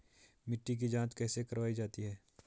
मिट्टी की जाँच कैसे करवायी जाती है?